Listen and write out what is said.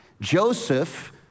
Joseph